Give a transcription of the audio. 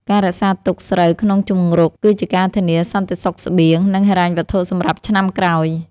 ការរក្សាទុកស្រូវក្នុងជង្រុក គឺជាការធានាសន្តិសុខស្បៀង និងហិរញ្ញវត្ថុសម្រាប់ឆ្នាំក្រោយ។